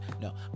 No